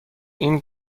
این